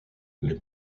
les